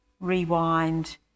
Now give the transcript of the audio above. rewind